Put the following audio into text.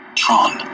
tron